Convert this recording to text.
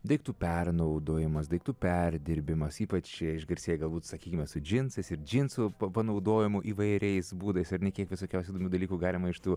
daiktų pernaudojimas daiktų perdirbimas ypač išgarsėjai galbūt sakykime su džinsais ir džinsų panaudojimų įvairiais būdais ar ne kiek visokiausių įdomių dalykų galima iš tų